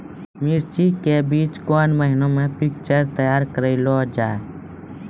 मिर्ची के बीज कौन महीना मे पिक्चर तैयार करऽ लो जा?